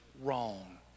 wrong